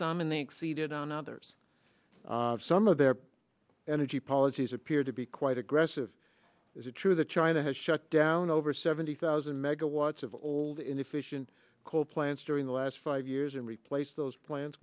some and they exceeded on others some of the energy policies appear to be quite aggressive is it true that china has shut down over seventy thousand megawatts of old inefficient coal plants during the last five years and replace those plan